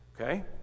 okay